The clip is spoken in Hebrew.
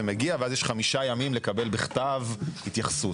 מגיע ואז יש חמישה ימים לקבל בכתב התייחסות.